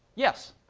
yes.